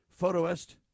photoist